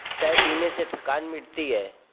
चाय पीने से थकान मिटती है